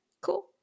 cool